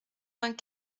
vingt